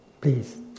please